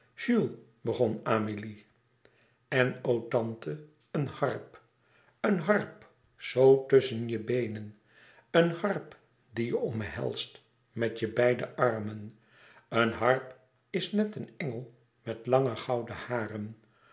begon amélie en o tante een harp een harp zoo tusschen je beenen een harp die je omhelst met je beide armen een harp is net een engel met lange gouden haren